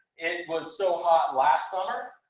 it was so hot last summer,